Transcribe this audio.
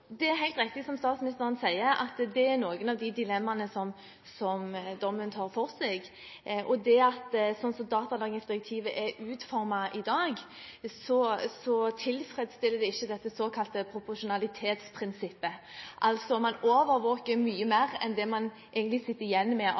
Det er helt riktig, som statsministeren sier, at det er noen av de dilemmaene som dommen tar for seg. Slik datalagringsdirektivet er utformet i dag, tilfredsstiller det ikke dette såkalte proporsjonalitetsprinsippet – man overvåker altså mye mer enn det man egentlig sitter igjen med